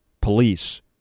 police